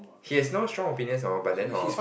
he's has no strong opinions hor but then hor